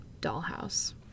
Dollhouse